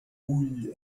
bull